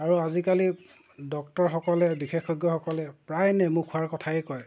আৰু আজিকালি ডক্টৰসকলে বিশেষজ্ঞসকলে প্ৰায় নেমু খোৱাৰ কথাই কয়